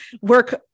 work